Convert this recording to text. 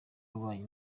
w’ububanyi